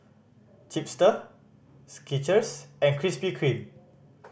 Chipster Skechers and Krispy Kreme